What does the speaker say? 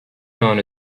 known